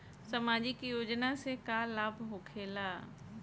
समाजिक योजना से का लाभ होखेला?